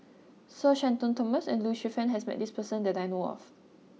Sir Shenton Thomas and Lee Shu Fen has met this person that I know of